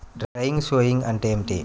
Dry sowing అంటే ఏమిటి?